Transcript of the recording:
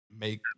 make